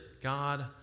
God